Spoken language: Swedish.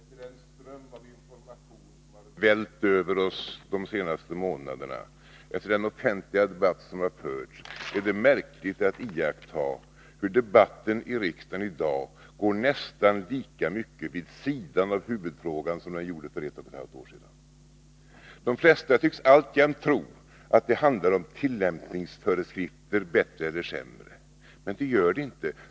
Fru talman! Efter den ström av information som har vällt över oss under de senaste månaderna och efter den offentliga debatt som har förts, är det märkligt att iaktta hur debatten i riksdagen i dag går nästan lika mycket vid sidan av huvudfrågan som debatten gjorde för ett och ett halvt år sedan. De flesta tycks alltjämt tro att det handlar om tillämpningsföreskrifter — bättre eller sämre. Men det gör det inte.